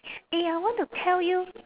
eh I want to tell you